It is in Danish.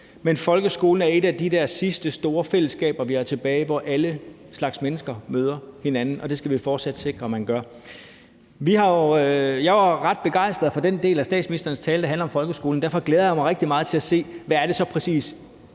Men folkeskolen er et af de der sidste store fællesskaber, vi har tilbage, hvor alle slags mennesker møder hinanden, og det skal vi fortsat sikre man gør. Jeg var ret begejstret for den del af statsministerens tale, der handlede om folkeskolen. Derfor glæder jeg mig rigtig meget til at se, hvad det så præcis er,